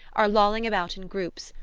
are lolling about in groups,